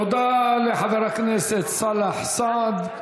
תודה לחבר הכנסת סאלח סעד.